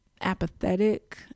apathetic